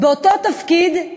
באותו תפקיד,